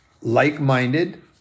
like-minded